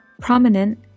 Prominent